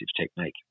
technique